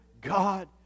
God